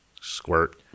Squirt